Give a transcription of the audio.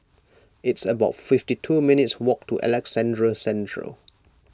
it's about fifty two minutes' walk to Alexandra Central